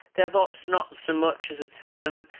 devops not so much as a term.